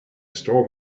store